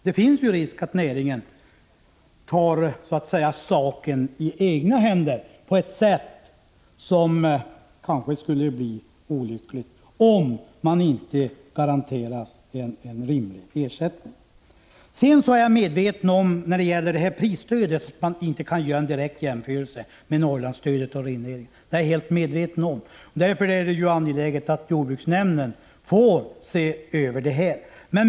Det finns risk för att näringen tar saken i egna händer på ett kanske olyckligt sätt, om den inte garanteras en rimlig ersättning. Jag är helt medveten om att det inte går att jämföra detta prisstöd med Norrlandsstödet. Därför är det angeläget att jordbruksnämnden ser över den frågan.